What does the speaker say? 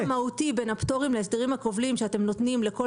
ההבדל המהותי בין הפטורים להסדרים הכובלים שאתם נותנים לכל